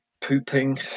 pooping